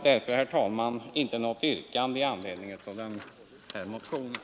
Jag har inget annat yrkande än om bifall till utskottets hemställan.